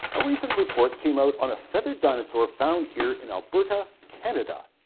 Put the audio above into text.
a recent report came out on a feathered dinosaur found here in alberta, canada.